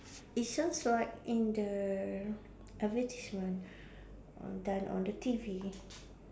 it sounds like in the advertisement on done on the T_V